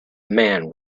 man